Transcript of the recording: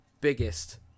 biggest